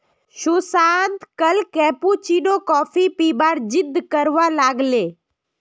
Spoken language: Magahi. सुशांत कल कैपुचिनो कॉफी पीबार जिद्द करवा लाग ले